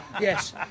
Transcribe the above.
Yes